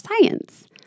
science